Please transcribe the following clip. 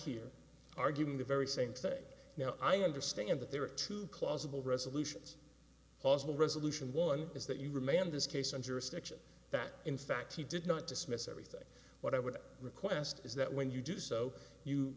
here arguing the very same thing now i understand that there are two clause of all resolutions possible resolution one is that you remand this case in jurisdiction that in fact he did not dismiss everything what i would request is that when you do so you